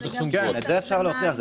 כן, את זה אפשר להוכיח.